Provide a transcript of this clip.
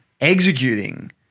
executing